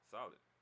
Solid